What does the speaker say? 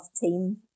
team